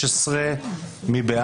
עכשיו נצביע על סעיפים 16-14, מי בעד?